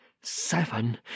seven